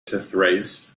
thrace